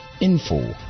info